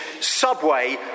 Subway